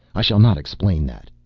i shall not explain that,